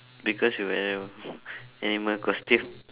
because you wear lor animal costume